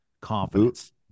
confidence